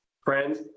friends